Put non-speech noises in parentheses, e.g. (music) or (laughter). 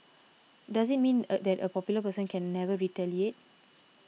does it mean (hesitation) that a popular person can never retaliate